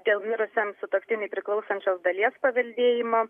dėl mirusiam sutuoktiniui priklausančios dalies paveldėjimo